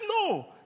No